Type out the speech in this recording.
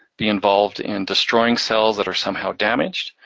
be involved in destroying cells that are somehow damaged,